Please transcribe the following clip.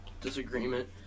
disagreement